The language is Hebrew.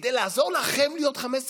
כדי לעזור לכם להיות 15 מנדטים,